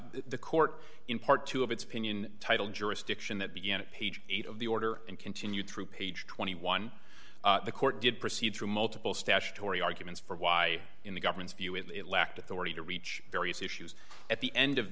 the court in part two of its opinion titled jurisdiction that began at page eight of the order and continued through page twenty one the court did proceed through multiple statutory arguments for why in the government's view it lacked authority to reach various issues at the end of